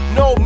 no